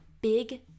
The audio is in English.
Big